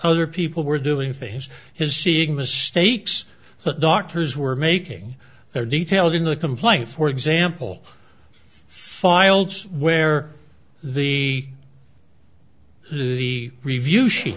other people were doing things his seeing mistakes that doctors were making their details in the complaint for example files where the the review she